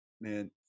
man